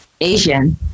Asian